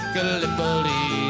Gallipoli